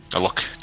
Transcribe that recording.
look